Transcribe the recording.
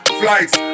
flights